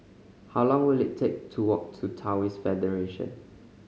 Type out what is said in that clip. how long will it take to walk to Taoist Federation